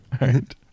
right